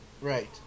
Right